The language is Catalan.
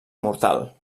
mortal